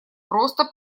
просто